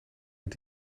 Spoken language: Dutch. met